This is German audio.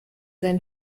sein